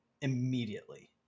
immediately